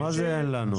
מה זה "אין לנו"?